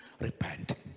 Repent